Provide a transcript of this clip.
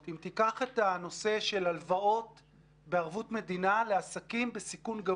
אנחנו יוצאים מנקודת הנחה שפתיחה מהירה מדי של המשק תגרום לסגירתו